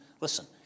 Listen